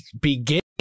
beginning